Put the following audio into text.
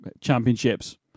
championships